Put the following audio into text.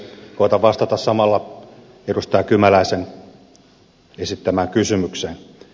koetan vastata samalla edustaja kymäläisen esittämään kysymykseen